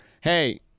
hey